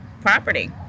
Property